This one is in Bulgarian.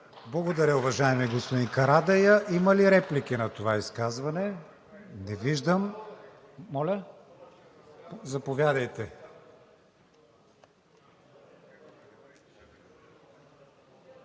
Благодаря, уважаеми господин Карадайъ. Има ли реплики на това изказване? Не виждам. Заповядайте.